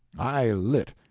i lit.